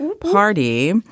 Party